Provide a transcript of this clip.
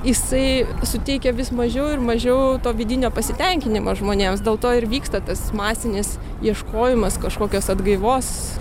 jisai suteikia vis mažiau ir mažiau to vidinio pasitenkinimo žmonėms dėl to ir vyksta tas masinis ieškojimas kažkokios atgaivos